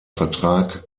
vertrag